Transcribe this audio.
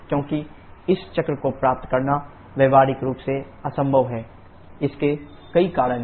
क्योंकि इस चक्र को प्राप्त करना व्यावहारिक रूप से असंभव है इसके कई कारण हैं